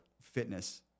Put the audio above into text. fitness